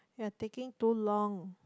you're taking too long